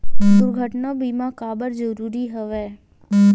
दुर्घटना बीमा काबर जरूरी हवय?